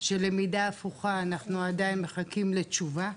של למידה הפוכה, אנחנו עדיין מחכים לתשובה.